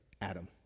Adam